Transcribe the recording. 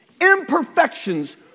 Imperfections